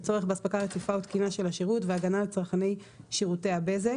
הצורך באספקה רציפה ותקינה של השירות והגנה על צרכני שירותי הבזק."